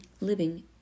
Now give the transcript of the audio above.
living